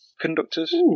Conductors